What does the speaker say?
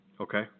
Okay